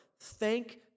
thank